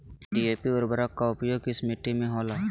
DAP उर्वरक का प्रयोग किस मिट्टी में होला?